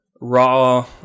raw